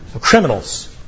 criminals